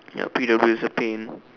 ya P_W is a pain